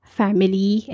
family